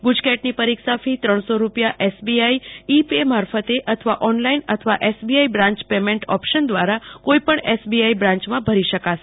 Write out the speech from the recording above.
ગુજકેટ પરીક્ષા ફી ત્રણસો રૂપિયા એસબીઆઈ પે મારફતે અથવા ઓનલાઈન અથવા એસબીઆઈ બ્રાન્ચ પેમેન્ટ ઓપ્શન દ્વારા કોઈપણ એસબીઆઈ બ્રાન્ચમાં ભરી શકાશે